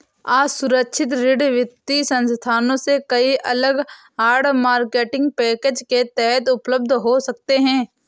असुरक्षित ऋण वित्तीय संस्थानों से कई अलग आड़, मार्केटिंग पैकेज के तहत उपलब्ध हो सकते हैं